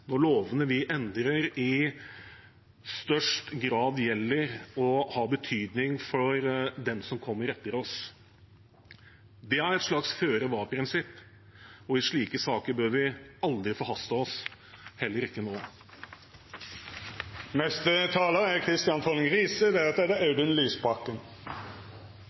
når lovene vi endrer, i størst grad vil ha betydning for dem som kommer etter oss. Det er et slags føre-var-prinsipp, og i slike saker bør vi aldri forhaste oss – heller ikke nå. Spørsmål om bioteknologi blir ofte kalt samvittighetsspørsmål, og det